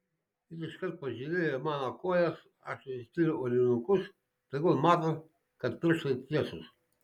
jis iškart pažiūrėjo į mano kojas aš nusispyriau aulinukus tegul mato kad pirštai tiesūs